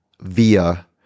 Via